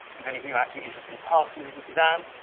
if any of you are actually interested in passing this exam,